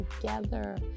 together